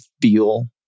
feel